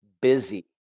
busy